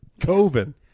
Coven